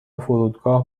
فرودگاه